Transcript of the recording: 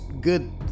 good